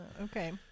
okay